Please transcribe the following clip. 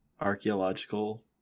archaeological